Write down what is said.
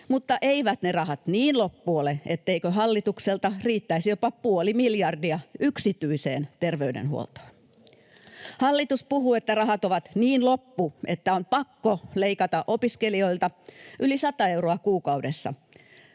mutta eivät ne rahat niin loppu ole, etteikö hallitukselta riittäisi jopa puoli miljardia yksityiseen terveydenhuoltoon. Hallitus puhuu, että rahat ovat niin loppu, että on pakko leikata opiskelijoilta yli 100 euroa kuukaudessa,